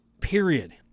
period